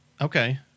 Okay